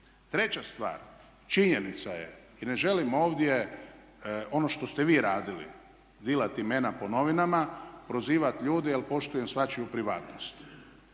Treća stvar, činjenica je i ne želim ovdje ono što ste vi radili dilat imena po novinama, prozivat ljude jel' poštujem svačiju privatnost,